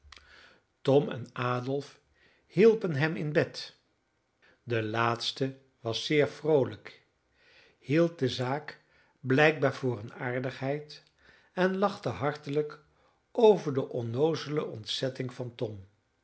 tom en adolf hielpen hem in bed de laatste was zeer vroolijk hield de zaak blijkbaar voor een aardigheid en lachte hartelijk over de onnoozele ontzetting van tom